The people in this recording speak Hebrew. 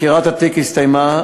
חקירת התיק הסתיימה.